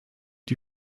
die